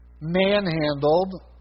manhandled